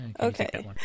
Okay